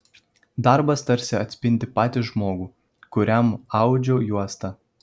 darbas tarsi atspindi patį žmogų kuriam audžiu juostą